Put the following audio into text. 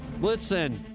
listen